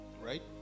right